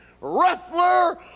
wrestler